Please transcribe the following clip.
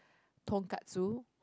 tonkatsu